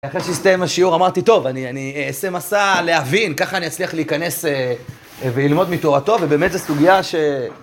אחרי שהסתיים השיעור אמרתי טוב, אני אעשה מסע להבין, ככה אני אצליח להיכנס וללמוד מתורתו ובאמת זו סוגיה ש...